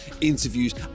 interviews